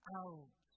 out